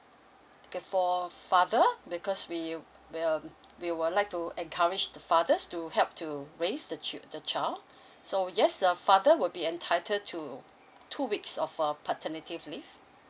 okay for father because we well we were like to encourage the father's to help to raise the chil~ the child so yes a father will be entitled to two weeks of uh paternity leave